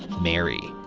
mary.